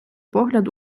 погляд